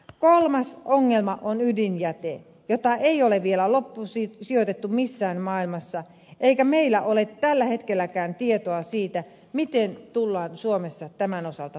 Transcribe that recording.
kolmas ongelma on ydinjäte jota ei ole vielä loppusijoitettu missään maailmassa eikä meillä ole tällä hetkelläkään tietoa siitä miten tullaan suomessa tämän osalta tekemään